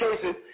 cases